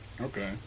okay